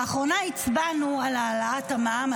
לאחרונה הצבענו על העלאת המע"מ,